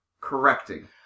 correcting